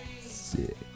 Sick